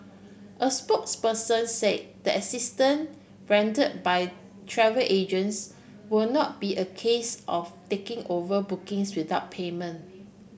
a spokesperson say the assistant render by travel agents will not be a case of taking over bookings without payment